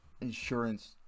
insurance